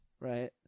Right